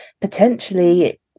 potentially